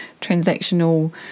transactional